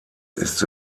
ist